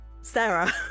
Sarah